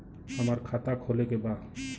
हमार खाता खोले के बा?